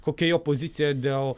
kokia jo pozicija dėl